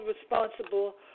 responsible